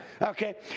Okay